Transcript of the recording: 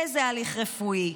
איזה הליך רפואי?